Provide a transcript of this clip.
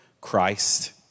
Christ